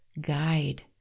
guide